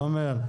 תומר.